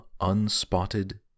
unspotted